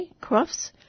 Crofts